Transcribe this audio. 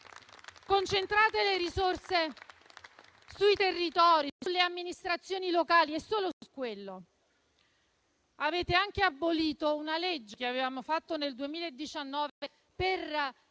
Concentrate le risorse sui territori, sulle amministrazioni locali e solo su quello. Avete anche abolito una legge che avevamo fatto nel 2019 per la